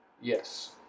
Yes